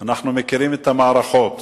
אנחנו מכירים את המערכות,